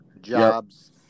jobs